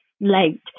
late